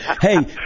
Hey